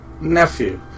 Nephew